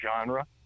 genre